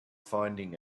finding